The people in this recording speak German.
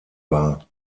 war